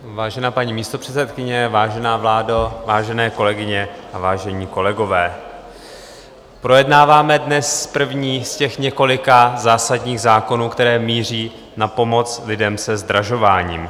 Vážená paní místopředsedkyně, vážená vládo, vážené kolegyně a vážení kolegové, projednáváme dnes první z několika zásadních zákonů, které míří na pomoc lidem se zdražováním.